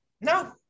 No